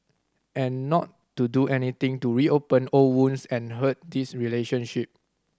and not to do anything to reopen old wounds and hurt this relationship